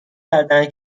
کردهاند